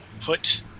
put